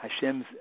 Hashem's